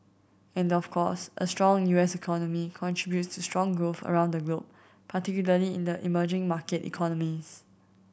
and of course a strong U S economy contributes to strong growth around the globe particularly in the emerging market economies